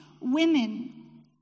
women